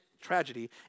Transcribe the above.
tragedy